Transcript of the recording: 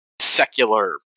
secular